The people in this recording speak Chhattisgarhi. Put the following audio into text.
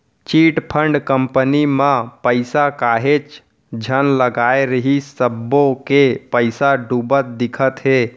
चिटफंड कंपनी म पइसा काहेच झन लगाय रिहिस सब्बो के पइसा डूबत दिखत हे